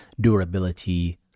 durability